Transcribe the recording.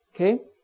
Okay